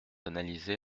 analysés